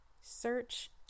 Search